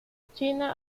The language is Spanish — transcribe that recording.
china